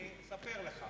תקשיב, אני אספר לך.